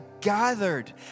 gathered